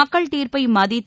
மக்கள் தீர்ப்பை மதித்து